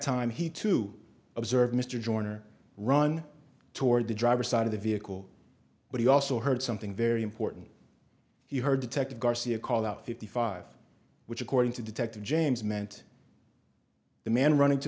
time he too observed mr joyner run toward the driver side of the vehicle but he also heard something very important he heard detective garcia call out fifty five which according to detective james meant the man running to